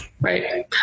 Right